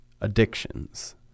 addictions